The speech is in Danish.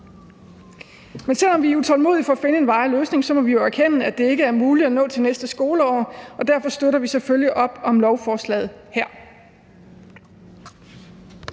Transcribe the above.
Men selv om vi er utålmodige for at finde en varig løsning, må vi jo erkende, at det ikke er muligt at nå det til næste skoleår, og derfor støtter vi selvfølgelig op om lovforslaget her.